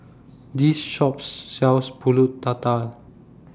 This Shop sells Pulut Tatal